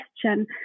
question